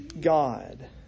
God